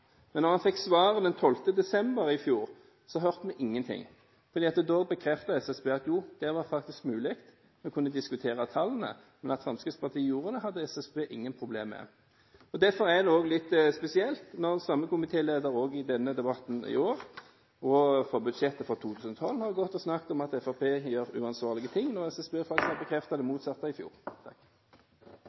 Men da han fikk svaret den 12. desember i fjor, hørte vi ingenting. Da bekreftet SSB at det var faktisk mulig å diskutere tallene, men at Fremskrittspartiet gjorde det, hadde SSB ingen problemer med. Derfor er det òg litt spesielt når samme komitéleder òg i denne debatten i år og i budsjettet for 2012 har snakket om at Fremskrittspartiet gjør uansvarlige ting, når SSB faktisk bekreftet det motsatte i fjor.